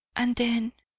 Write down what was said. and then